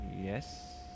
yes